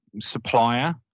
supplier